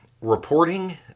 reporting